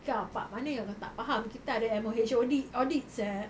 kau part mana yang kau tak faham kita ada M_O_H aud~ audit sia